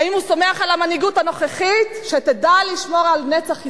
האם הוא סומך על המנהיגות הנוכחית שתדע לשמור על נצח ישראל.